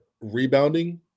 rebounding